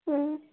ꯎꯝ